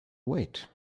wait